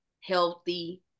healthy